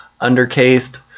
undercased